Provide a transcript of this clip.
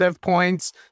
points